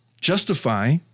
justify